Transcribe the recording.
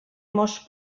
mos